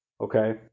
Okay